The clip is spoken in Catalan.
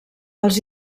els